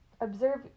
observe